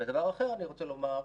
דבר אחר שאני רוצה לומר,